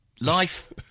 Life